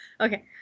Okay